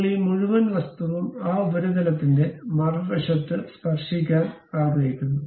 ഇപ്പോൾ ഈ മുഴുവൻ വസ്തുവും ആ ഉപരിതലത്തിന്റെ മറുവശത്ത് സ്പർശിക്കാൻ ഞങ്ങൾ ആഗ്രഹിക്കുന്നു